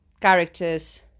character's